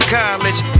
college